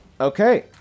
Okay